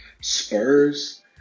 spurs